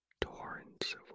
Torrents